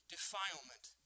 Defilement